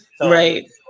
Right